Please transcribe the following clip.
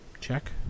check